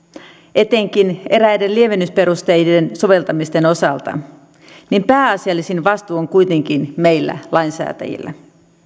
etenkin eräiden lievennysperusteiden soveltamisten osalta niin pääasiallisin vastuu on kuitenkin meillä lainsäätäjillä